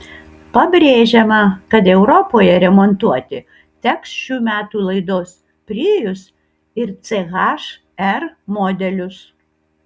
pabrėžiama kad europoje remontuoti teks šių metų laidos prius ir ch r modelius